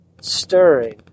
stirring